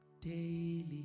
daily